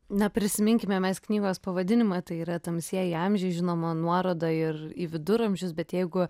na prisiminkime mes knygos pavadinimą tai yra tamsieji amžiai žinoma nuoroda ir į viduramžius bet jeigu